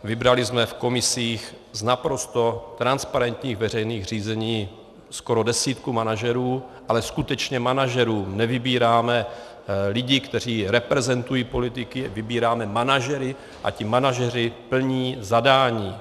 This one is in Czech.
Vybrali jsme v komisích z naprosto transparentních veřejných řízení skoro desítku manažerů, ale skutečně manažerů nevybíráme lidi, kteří reprezentují politiky, vybíráme manažery a ti manažeři plní zadání.